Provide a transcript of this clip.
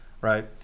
right